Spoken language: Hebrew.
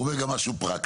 הוא אומר גם משהו פרקטי.